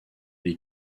les